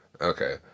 okay